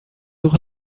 suche